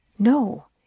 No